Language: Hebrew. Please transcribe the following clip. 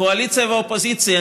קואליציה ואופוזיציה,